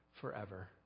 forever